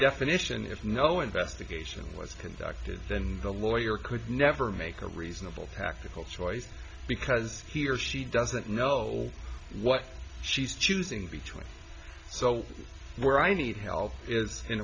definition if no investigation was conducted then the lawyer could never make a reasonable tactical choice because he or she doesn't know what she's choosing between so where i need help is in